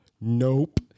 Nope